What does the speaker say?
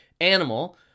animal